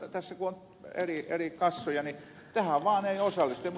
tässä kun on eri kassoja niin tähän vaan eivät osallistu